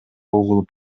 угулуп